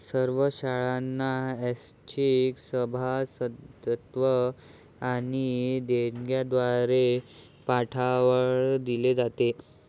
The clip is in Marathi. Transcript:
सर्व शाळांना ऐच्छिक सभासदत्व आणि देणग्यांद्वारे पाठबळ दिले जाते